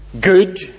good